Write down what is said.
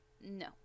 No